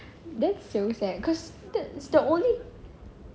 that's so sad cause that's the only